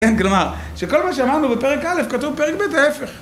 ... כלומר, שכל מה שאמרנו בפרק א' - כתוב בפרק ב' ההפך